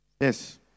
Yes